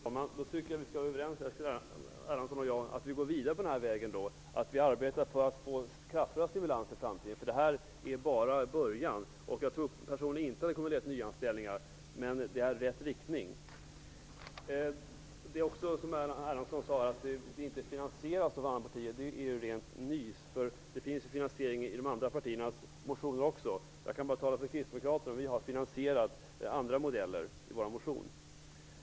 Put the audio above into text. Fru talman! Då tycker jag att Eskil Erlandsson och jag skall vara överens om att gå vidare på den här vägen och arbeta för att få kraftfulla stimulanser i framtiden, för det här är bara början. Jag tror personligen inte att det kommer att leda till nyanställningar, men det är i rätt riktning. Det som Eskil Erlandsson sade, att det inte finansieras av de andra partierna, är ju rent nys, för det finns ju finansieringar också i de andra partiernas motioner. Jag kan bara tala för kristdemokraterna och vi har finansierat andra modeller i vår motion.